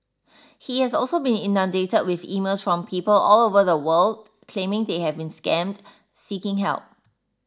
he has also been inundated with emails from people all over the world claiming they have been scammed seeking help